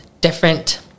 different